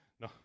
No